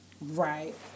right